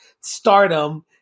stardom